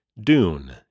Dune